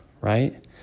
right